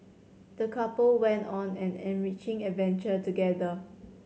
the couple went on an enriching adventure together